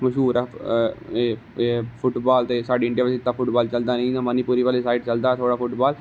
मश्हूर ऐ फुटबाल ते एह् साढ़ी इडियां बिच इन्ना फुटबाल चलदा नेईं मनीपुर आहली साइड चलदा थोह्ड़ा फुटबाल